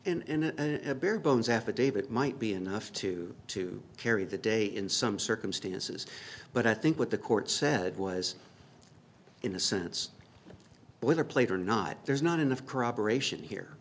affidavit might be enough to to carry the day in some circumstances but i think what the court said was in a sense with a plate or not there's not enough corroboration here